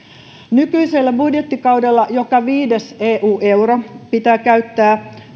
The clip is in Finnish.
nykyisellä budjettikaudella joka viides eu euro pitää käyttää